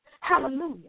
Hallelujah